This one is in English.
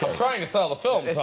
trying to sell the film